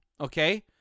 Okay